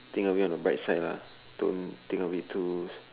think of it on the bright side lah don't think a bit too